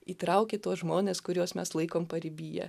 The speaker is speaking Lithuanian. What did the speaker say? įtrauki tuos žmones kuriuos mes laikom paribyje